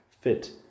fit